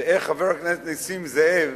ואיך חבר הכנסת נסים זאב